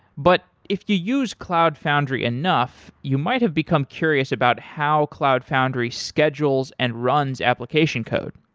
but if you use cloud foundry enough, you might have become curious about how cloud foundry schedules and runs application code.